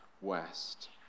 west